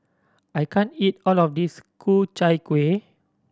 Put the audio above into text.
I can't eat all of this Ku Chai Kuih